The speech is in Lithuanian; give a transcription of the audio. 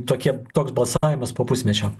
tokie toks balsavimas po pusmečio